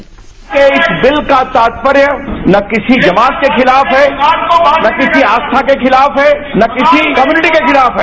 आज के इस बिल का तात्पर्य न किसी जमात के खिलाफ है न किसी आस्था के खिलाफ है न किसी कम्युनिटी के खिलाफ है